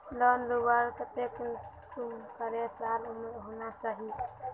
Loan लुबार केते कुंसम करे साल उमर होना चही?